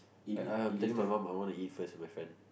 I I'm telling my mum I wanna eat first with my friend